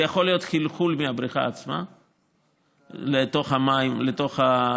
זה יכול להיות חלחול מהבריכה עצמה לתוך התת-קרקע,